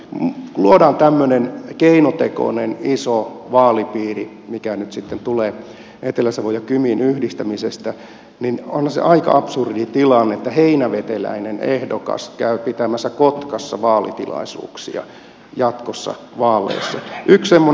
kun luodaan tämmöinen keinotekoinen iso vaalipiiri mikä nyt sitten tulee etelä savon ja kymin yhdistämisestä niin onhan se aika absurdi tilanne että heinäveteläinen ehdokas käy jatkossa pitämässä kotkassa vaalitilaisuuksia